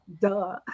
duh